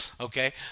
Okay